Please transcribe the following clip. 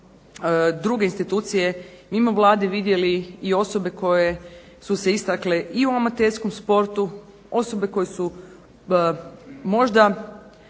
druge institucije mimo Vlade vidjeli i osobe koje su se istakle i u amaterskom sportu, osobe koje su možda